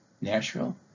Nashville